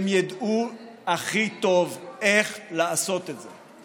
הם ידעו הכי טוב איך לעשות את זה.